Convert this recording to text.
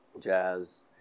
jazz